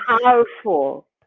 Powerful